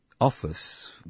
office